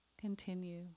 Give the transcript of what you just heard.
continue